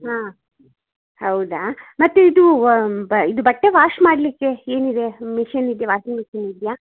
ಹಾಂ ಹೌದ ಮತ್ತು ಇದು ಇದು ಬಟ್ಟೆ ವಾಶ್ ಮಾಡಲಿಕ್ಕೆ ಏನಿದೆ ಮಿಷನ್ ಇದೆಯಾ ವಾಷಿಂಗ್ ಮಿಷನ್ ಇದೆಯಾ